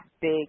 big